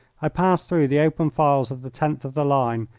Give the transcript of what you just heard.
i passed through the open files of the tenth of the line,